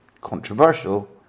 controversial